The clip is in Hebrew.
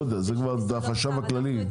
זה החשב הכללי.